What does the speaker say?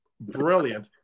brilliant